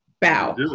Bow